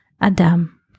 Adam